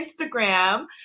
Instagram